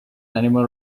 animal